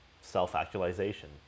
self-actualization